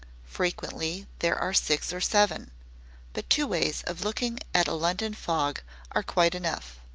frequently there are six or seven but two ways of looking at a london fog are quite enough.